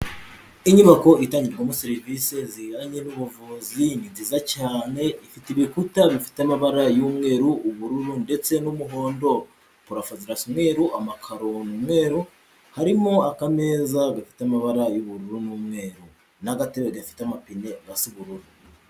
Inyubako itangirwamo serivisi zijyanye n'ubuvuzi ni nziza cyane, zifite ibikuta bifite amabara y'umweru, ubururu ndetse n'umuhondo. Purafo zirasa umweru, amakaro ni umweru, harimo akameza gafite amabara y'ubururu n'umweru n'agatebe gafite amapine gasa ubururu.